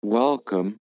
Welcome